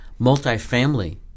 multifamily